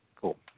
cool